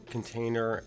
container